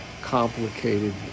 complicated